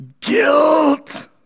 Guilt